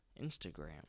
Instagram